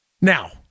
Now